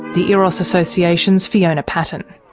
the eros association's fiona patten.